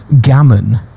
Gammon